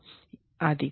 आदि